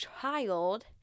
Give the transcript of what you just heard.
child